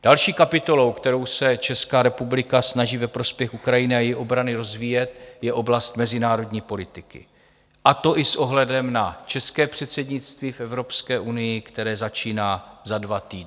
Další kapitolou, kterou se Česká republika snaží ve prospěch Ukrajiny a její obrany rozvíjet, je oblast mezinárodní politiky, a to i s ohledem na české předsednictví v Evropské unii, které začíná za dva týdny.